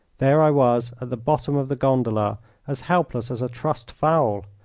there i was at the bottom of the gondola as helpless as a trussed fowl.